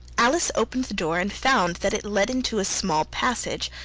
alice opened the door and found that it led into a small passage,